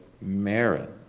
merit